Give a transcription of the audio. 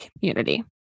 community